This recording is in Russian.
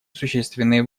существенные